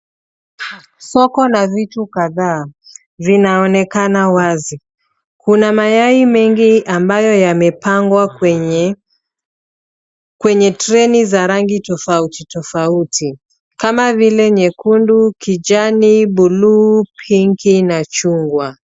Soko na vitu kadhaa, vinaonekana wazi. Kuna mayai mengi ambayo yamepangwa kwenye trei za rangi tofauti tofauti, kama vile nyekundu, kijani, buluu, pinki na chungwa.